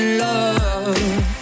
love